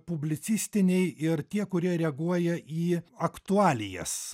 publicistiniai ir tie kurie reaguoja į aktualijas